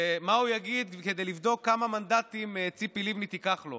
זה מה הוא יגיד כדי לבדוק כמה מנדטים ציפי לבני תיקח לו.